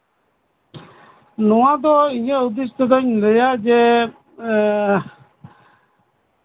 ᱱᱚᱣᱟ ᱫᱚ ᱤᱧᱟᱹᱜ ᱦᱩᱫᱤᱥ ᱛᱮᱫᱚᱧ ᱞᱟᱹᱭᱟ ᱡᱮ